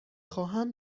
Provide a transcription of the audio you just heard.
خواهم